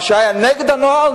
מה שהיה נגד הנוהל,